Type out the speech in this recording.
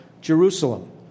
Jerusalem